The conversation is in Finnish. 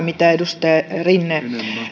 mitä edustaja rinne